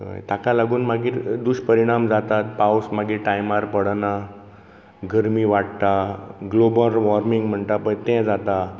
हय ताका लागून मागीर दुश्परीणाम जातात पावस मागीर टायमार पडना गर्मी वाडटा ग्लोबल वॉर्मींग म्हणटा पळय तें जाता